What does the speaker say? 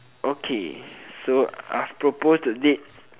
okay so I've proposed a date